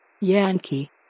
Yankee